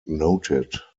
noted